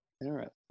Interesting